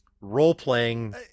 role-playing